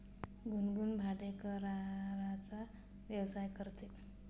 गुनगुन भाडेकराराचा व्यवसाय करते